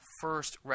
first